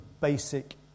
basic